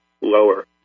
lower